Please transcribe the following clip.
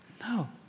No